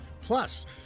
Plus